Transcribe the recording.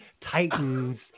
Titans